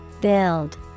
Build